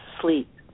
sleep